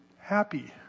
happy